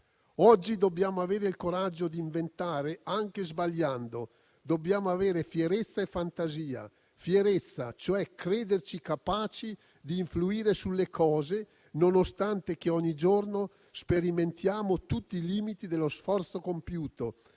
oggi dobbiamo avere il coraggio di inventare, anche sbagliando; dobbiamo avere fierezza e fantasia. Fierezza, cioè crederci capaci di influire sulle cose, nonostante ogni giorno sperimentiamo tutti i limiti dello sforzo compiuto,